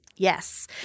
Yes